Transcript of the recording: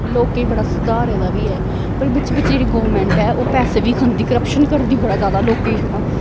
लोकें गी बड़ा सुधारे दा बी ऐ पर बिच बिच्च जेह्ड़ी गौरमैंट ऐ ओह् पैसे बी खंदी क्रप्शन करदी बड़ा जदा लोकें गी छड़ा